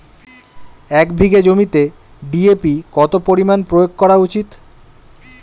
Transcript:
এক বিঘে জমিতে ডি.এ.পি কত পরিমাণ প্রয়োগ করা উচিৎ?